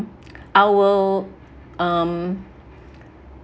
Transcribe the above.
our um